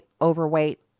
overweight